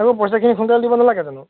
সেইবোৰ পইচাখিনি সোনকালে দিব নালাগে জানো